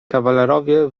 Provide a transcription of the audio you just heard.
kawalerowie